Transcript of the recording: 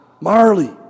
Marley